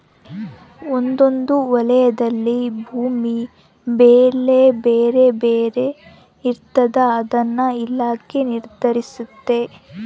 ಒಂದೊಂದು ವಲಯದಲ್ಲಿ ಭೂಮಿ ಬೆಲೆ ಬೇರೆ ಬೇರೆ ಇರ್ತಾದ ಅದನ್ನ ಇಲಾಖೆ ನಿರ್ಧರಿಸ್ತತೆ